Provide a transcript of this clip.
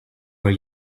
were